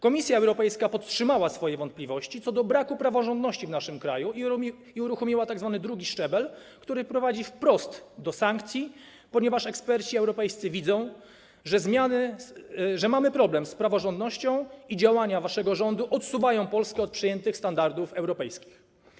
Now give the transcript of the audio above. Komisja Europejska podtrzymała swoje wątpliwości co do braku praworządności w naszym kraju i uruchomiła tzw. drugi szczebel, który prowadzi wprost do sankcji, ponieważ europejscy eksperci widzą, że mamy problem z praworządnością i działania waszego rządu oddalają Polskę od przyjętych standardów europejskich.